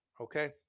okay